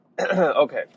Okay